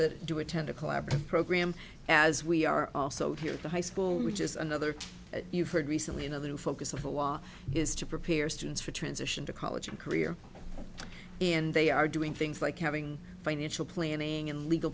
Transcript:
that do attend a collaborative program as we are also here at the high school which is another you've heard recently another new focus of a while is to prepare students for transition to college and career and they are doing things like having financial planning and legal